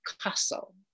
Castle